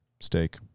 Steak